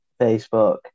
Facebook